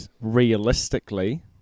realistically